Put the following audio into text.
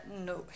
no